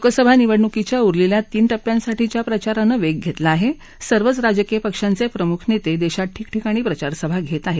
लोकसभा निवडणुकीच्या उरलेल्या तीन टप्प्यांसाठीच्या प्रचारानं वेग घेतला असून सर्वच राजकीय पक्षांचे प्रमुख नेते देशात ठिकठिकाणी प्रचारसभा घेत आहेत